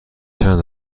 چند